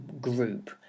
group